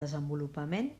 desenvolupament